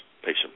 patient